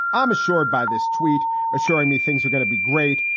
i'm assured by this tweet assuring me things are going to be great.